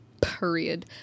period